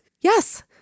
Yes